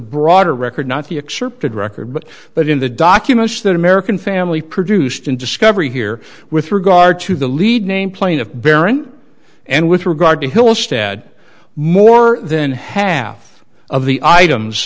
broader record not the excerpted record but but in the documents that american family produced in discovery here with regard to the lead name plaintiff baron and with regard to hill stad more than half of the items